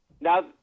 now